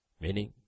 Meaning